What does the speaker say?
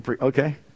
Okay